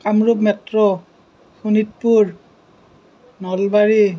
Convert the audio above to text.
Kamrup metro Sonitpur Nalbari